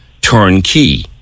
turnkey